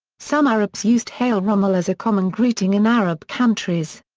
some arabs used heil rommel as a common greeting in arab countries.